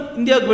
India